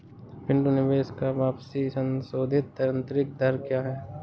पिंटू निवेश का वापसी संशोधित आंतरिक दर क्या है?